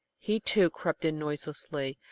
he, too, crept in noiselessly,